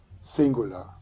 singular